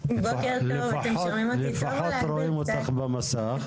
לפחות רואים אותך במסך,